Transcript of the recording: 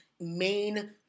main